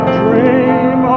dream